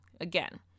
again